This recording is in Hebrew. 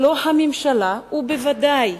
שלא הממשלה, ובוודאי